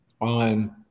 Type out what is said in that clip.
on